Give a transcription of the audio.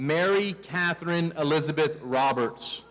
mary catherine elizabeth roberts